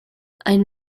ein